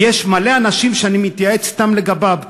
כי יש מלא אנשים שאני מתייעץ אתם לגביו,